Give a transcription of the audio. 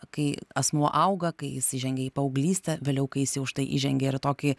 kai asmuo auga kai jis įžengia į paauglystę vėliau kai jis jau štai įžengė ir į tokį